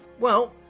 well,